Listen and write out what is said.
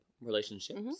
relationships